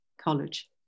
college